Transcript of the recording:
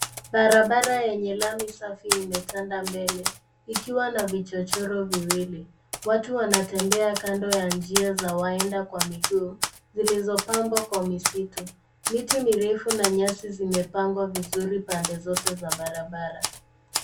Barabara yenye lami safi imetanda mbele ikiwa na vichochoro viwili. Watu wanatembea kando ya njia za waenda kwa miguu zilizopambwa kwa misitu. Miti mirefu na nyasi zimepangwa vizuri pande zote za barabara.